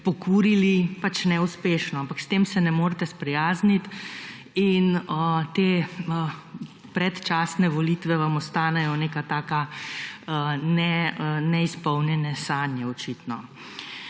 pokurili pač neuspešno, ampak s tem se ne morete sprijazniti in te predčasne volitve vam ostanejo neka taka neizpolnjene sanje očitno.